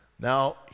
now